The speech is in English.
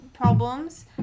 Problems